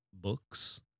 books